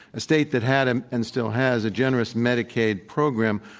state that had and and still has a generous medicaid program,